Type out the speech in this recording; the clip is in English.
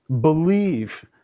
believe